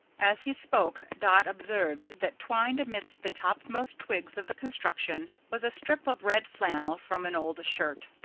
as he spoke, dot observed that, twined amidst the topmost twigs of the construction was a strip of red flannel from an old shirt,